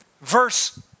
Verse